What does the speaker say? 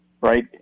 right